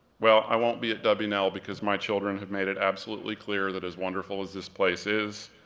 well, i won't be at w and l because my children have made it absolutely clear that as wonderful as this place is,